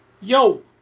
Yo